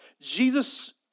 Jesus